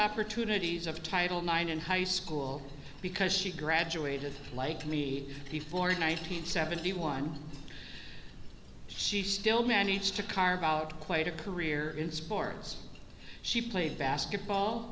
opportunities of title nine in high school because she graduated like me before nine hundred seventy one she still managed to carve out quite a career in sports she played basketball